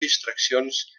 distraccions